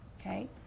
Okay